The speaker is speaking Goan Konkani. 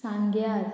सांग्यार